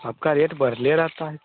आपका रेट बढ़ते रहता है